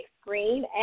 screen